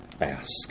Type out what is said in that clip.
Ask